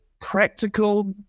practical